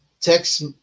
text